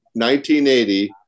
1980